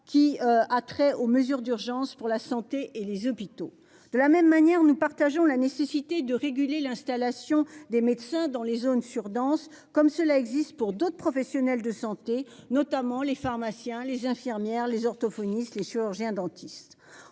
qui a trait aux mesures d'urgence pour la santé et les hôpitaux de la même manière, nous partageons la nécessité de réguler l'installation des médecins dans les zones sur-denses comme cela existe pour d'autres professionnels de santé, notamment les pharmaciens, les infirmières, les orthophonistes, les chirurgiens dentistes,